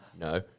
No